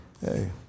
Hey